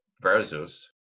versus